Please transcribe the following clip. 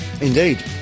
indeed